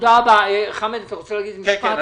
תודה רבה, חמד, אתה רוצה להגיד משפט?